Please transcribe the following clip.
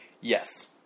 Yes